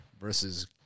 versus